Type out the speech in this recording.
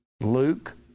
Luke